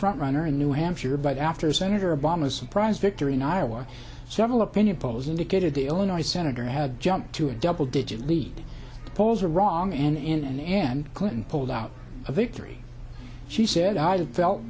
front runner in new hampshire but after senator obama's surprise victory in iowa general opinion polls indicated the illinois senator had jumped to a double digit lead polls are wrong and in an end clinton pulled out a victory she said i felt